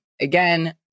again